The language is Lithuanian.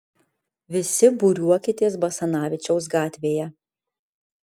visi būriuokitės basanavičiaus gatvėje